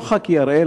לא חקי הראל,